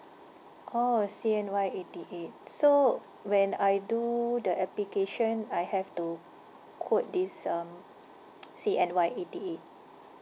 orh C_N_Y eighty eight so when I do the application I have to quote this um C_N_Y eighty eight